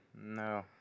No